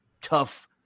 tough